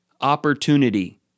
opportunity